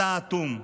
אתה אטום.